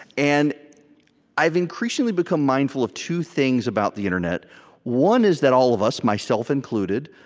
and i've increasingly become mindful of two things about the internet one is that all of us, myself included,